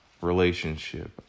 relationship